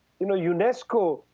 you know unesco,